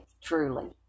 truly